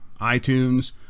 iTunes